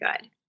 good